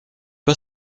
pas